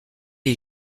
est